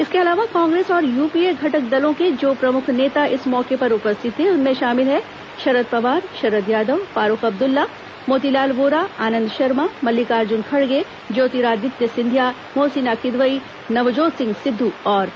इसके अलावा कांग्रेस और यूपीए घटक दलों के जो प्रमुख नेता इस मौके पर उपस्थित थे उनमें शामिल हैं शरद पवार शरद यादव फारूख अब्दुल्ला मोतीलाल वोरा आनंद शर्मा मल्लिकार्जुन खड़गे ज्योतिरादित्य सिंधिया मोहसिना किदवई नवजोत सिंह सिद्धू और राज बब्बर